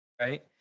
Right